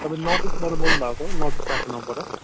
तपाईँ नर्थ इस्टबाट बोल्नु भएको हो नर्थ इस्ट फेसन हबबाट